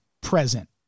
present